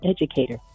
educator